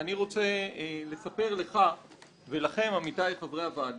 אני רוצה לספר לך ולכם, עמיתיי חבריי הוועדה,